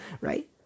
right